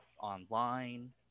online